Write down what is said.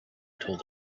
told